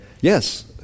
yes